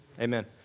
amen